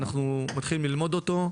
אנחנו מתחילים ללמוד אותו,